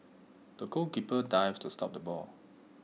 the goalkeeper dived to stop the ball